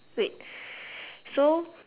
wait so